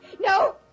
No